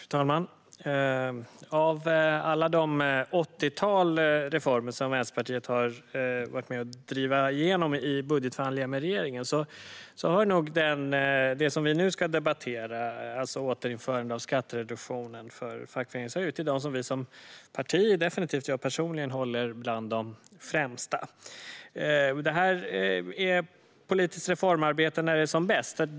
Fru talman! Av alla de åttiotal reformer som Vänsterpartiet har varit med att driva igenom i budgetförhandlingar med regeringen hör nog det som vi nu ska debattera, alltså återinförande av skattereduktion för fackföreningsavgift, till dem som vi som parti och definitivt jag personligen håller bland de främsta. Det här är politiskt reformarbete när det är som bäst.